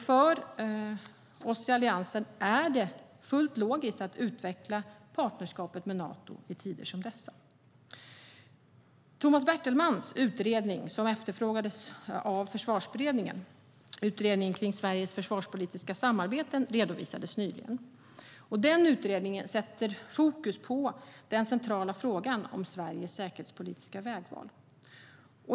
För oss i Alliansen är det fullt logiskt att utveckla partnerskapet med Nato i tider som dessa. Tomas Bertelmans utredning om Sveriges försvarspolitiska samarbeten, som efterfrågades av Försvarsberedningen, redovisades nyligen. Utredningen sätter fokus på den centrala frågan om Sveriges säkerhetspolitiska vägval.